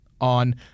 on